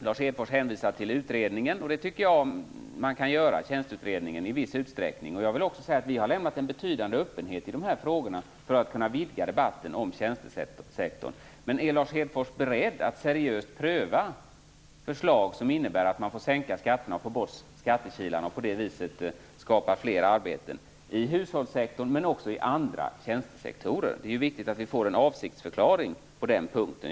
Lars Hedfors hänvisar till utredningen, tjänsteutredningen, och det tycker jag att man kan göra i viss utsträckning. Vi har lämnat en betydande öppenhet i de här frågorna för att kunna vidga debatten om tjänstesektorn. Men är Lars Hedfors beredd att seriöst pröva förslag som innebär att man kan sänka skatterna, få bort skattekilarna och på det sättet skapa fler arbeten i hushållssektorn och också inom andra tjänstesektorer? Det är viktigt att vi får en avsiktsförklaring på den punkten.